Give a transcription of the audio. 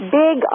big